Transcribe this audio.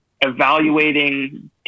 evaluating